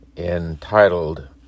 entitled